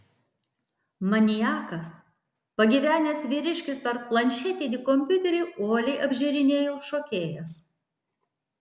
maniakas pagyvenęs vyriškis per planšetinį kompiuterį uoliai apžiūrinėjo šokėjas